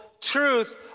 truth